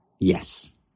Yes